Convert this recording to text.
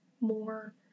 more